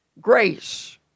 grace